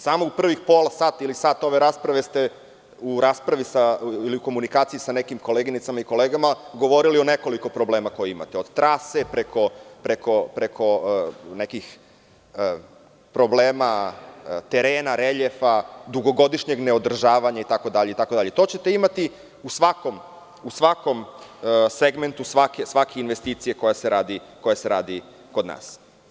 Samo u prvih pola sata ili sat ove rasprave ste u komunikaciji sa nekim koleginicama i kolegama govorili o nekoliko problema koje imate, od trase, preko nekih problema terena, reljefa, dugogodišnjeg neodržavanja itd. i to ćete imati u svakom segmentu svake investicije koja se radi kod nas.